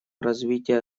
развития